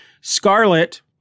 Scarlet